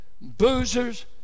boozers